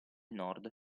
nord